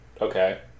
Okay